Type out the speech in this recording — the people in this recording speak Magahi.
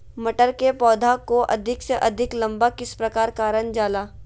मटर के पौधा को अधिक से अधिक लंबा किस प्रकार कारण जाला?